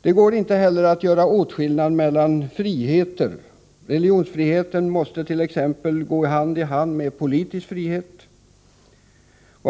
Det går inte heller att göra åtskillnad mellan friheter. Religionsfriheten måste t.ex. gå hand i hand med politisk frihet.